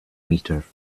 metre